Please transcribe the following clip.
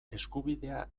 eskubidea